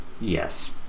Yes